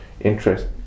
interest